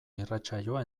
irratsaioa